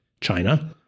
China